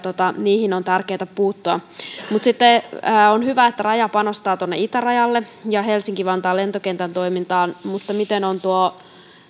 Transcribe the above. niihin on tärkeätä puuttua on hyvä että raja panostaa tuonne itärajalle ja helsinki vantaan lentokentän toimintaan mutta miten on tuo